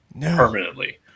permanently